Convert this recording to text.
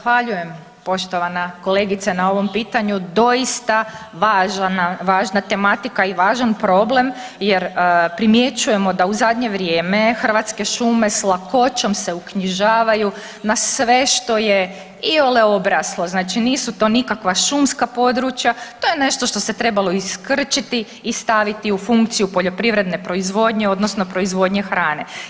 Zahvaljujem poštovana kolegice na ovom pitanju, doista važna tematika i važan problem, jer primjećujemo da u zadnje vrijeme Hrvatske šume s lakoćom se uknjižavaju na sve što je iole obraslo, znači nisu to nikakva šumska područja, to je nešto što se trebalo iskrčiti i staviti u funkciju poljoprivredne proizvodnje, odnosno proizvodnje hrane.